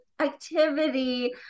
activity